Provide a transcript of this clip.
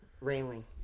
railing